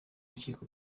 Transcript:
rukiko